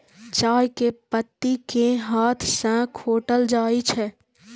चाय के पत्ती कें हाथ सं खोंटल जाइ छै